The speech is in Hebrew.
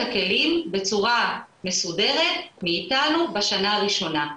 הכלים בצורה מסודרת מאיתנו בשנה הראשונה,